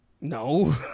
No